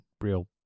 real